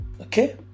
Okay